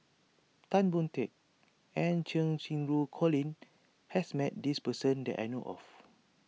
Tan Boon Teik and Cheng Xinru Colin has met this person that I know of